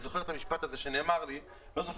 ונאמר כאן משפט שהזכיר לי משהו.